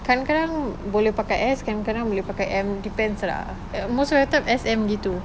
kadang-kadang boleh pakai S kadang-kadang boleh pakai M depends lah uh most of the time S M gitu